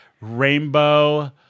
rainbow